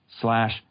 slash